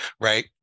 right